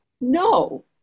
No